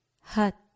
hut